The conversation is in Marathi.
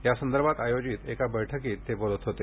यासंदर्भात आयोजित एका बैठकीत ते बोलत होते